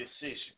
decision